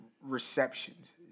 receptions